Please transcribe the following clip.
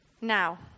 Now